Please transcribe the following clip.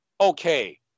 okay